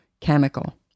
chemical